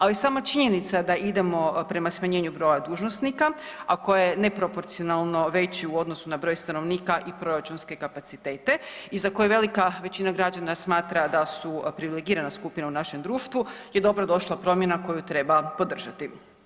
Ali sama činjenica da idemo prema smanjenju broja dužnosnika, a koji je neproporcionalno veći u odnosu na broj stanovnika i proračunske kapacitete i za koje velika većina građana smatra da su privilegirana skupina u našem društvu je dobrodošla promjena koju treba podržati.